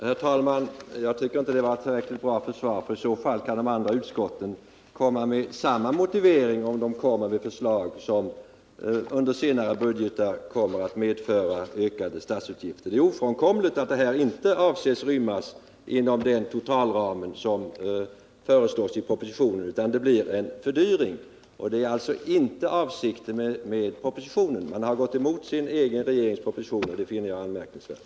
Herr talman! Jag tycker inte att detta var ett tillräckligt bra försvar. I så fall kan nämligen de andra utskotten anföra samma motivering om de kommer med förslag som under senare budgetår medför ökade statsutgifter. Det är ofrånkomligt att avsikten inte är att detta bidrag skall rymmas inom den totalram som föreslås i propositionen, utan det blir en fördyring. Man har alltså gått emot den egna regeringens proposition, och det finner jag anmärkningsvärt.